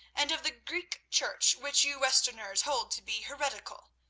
and of the greek church which you westerners hold to be heretical.